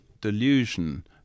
delusion